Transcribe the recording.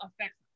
affects